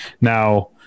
Now